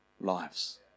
lives